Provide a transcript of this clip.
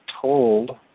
told